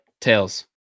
Tails